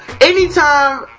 Anytime